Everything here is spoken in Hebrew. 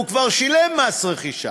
והוא כבר שילם מס רכישה,